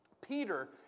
Peter